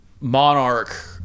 Monarch